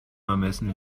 ermessen